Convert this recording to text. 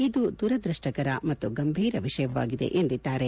ಇದು ದುರಾದ್ಯಪ್ಲಕರ ಮತ್ತು ಗಂಭೀರ ವಿಷಯವಾಗಿದೆ ಎಂದಿದ್ದಾರೆ